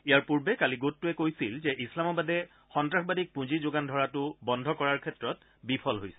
ইয়াৰ পূৰ্বে কালি গোটটোৱে কৈছিল যে ইছলামাবাদে সন্তাসবাদীক পুঁজি যোগান ধৰাটো বন্ধ কৰিবলৈ বিফল হৈছে